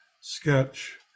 sketch